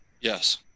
Yes